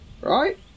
Right